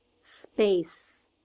Space